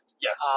Yes